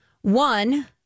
One